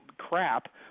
crap